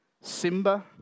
Simba